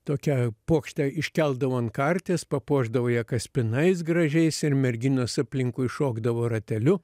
tokią puokštę iškeldavo ant karties papuošdavo ją kaspinais gražiais ir merginos aplinkui šokdavo rateliu